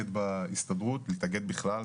להתאגד בהסתדרות להתאגד בכלל,